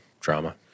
drama